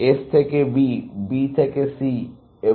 S থেকে B B থেকে C এবং B থেকে C